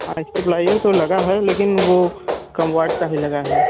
हाँ स्टेबलाइजर तो लगा है लेकिन वह कम वाट का ही लगा है